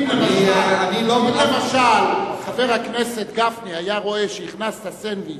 אם למשל חבר הכנסת גפני היה רואה שהכנסת סנדוויץ'